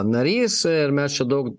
narys ir mes čia daug